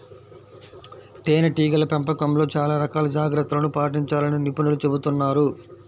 తేనెటీగల పెంపకంలో చాలా రకాల జాగ్రత్తలను పాటించాలని నిపుణులు చెబుతున్నారు